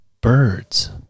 birds